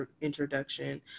introduction